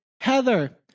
Heather